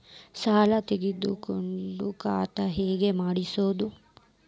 ಸಾಲ ತಗೊಂಡು ಕಂತ ಹೆಂಗ್ ಮಾಡ್ಸೋದು?